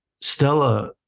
Stella